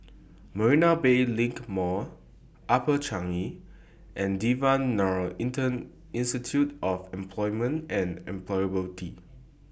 Marina Bay LINK Mall Upper Changi and Devan Nair Institute of Employment and Employability